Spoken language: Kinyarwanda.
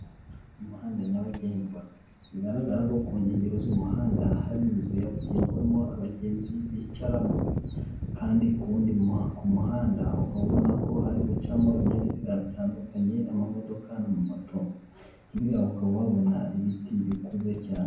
Umuhanda nyabagendwa bigaragara ko ku nkengero z'umuhanda hari inzu yabugenewemo abagenzi bicaramo, kandi ku wundi muhanda, ku muhanda ukaba uri kubona ko hari gucamo ibinyabiziga bitandukanye, amadoka n'amamoto, hirya yaho ukaba uhabona ibiti bikuze cyane.